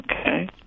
okay